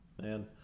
Man